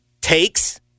takes